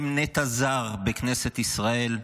הם נטע זר בכנסת ישראל.